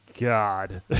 god